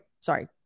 sorry